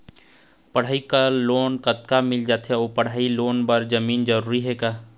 पढ़ई बर लोन कतका मिल जाथे अऊ पढ़ई लोन बर जमीन जरूरी हे?